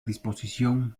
disposición